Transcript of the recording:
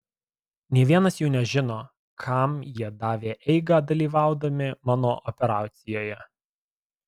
nė vienas jų nežino kam jie davė eigą dalyvaudami mano operacijoje